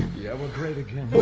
yeah we're great again